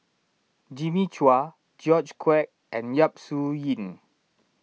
Jimmy Chua George Quek and Yap Su Yin